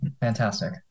fantastic